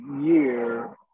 year